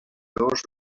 dos